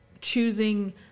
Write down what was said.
choosing